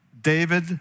David